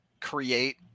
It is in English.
create